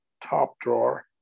top-drawer